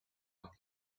what